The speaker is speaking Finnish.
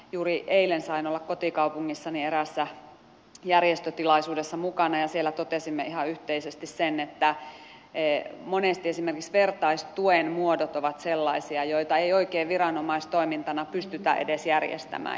juuri eilen sain olla kotikaupungissani eräässä järjestötilaisuudessa mukana ja siellä totesimme ihan yhteisesti sen että monesti esimerkiksi vertaistuen muodot ovat sellaisia joita ei oikein viranomaistoimintana pystytä edes järjestämään